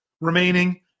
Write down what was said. remaining